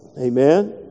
Amen